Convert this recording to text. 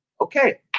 okay